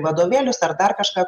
vadovėlius ar dar kažką